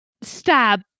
Stab